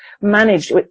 manage